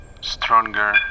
stronger